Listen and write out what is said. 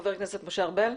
חבר הכנסת משה ארבל.